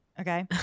Okay